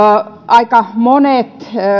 aika monet